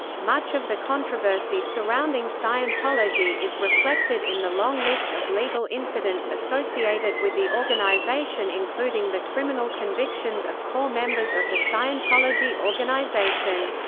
much of the controversy surrounding scientology is reflected in the long list of legal incidents associated with the organization including the criminal convictions of core members of the scientology organization.